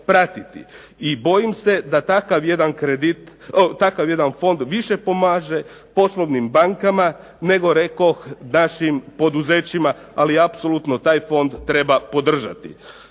I bojim se da takav jedan Fond više pomaže poslovnim bankama, nego rekoh našim poduzećima, ali apsolutno taj Fond treba podržati.